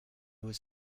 was